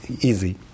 easy